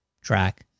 track